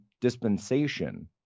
dispensation